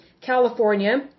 California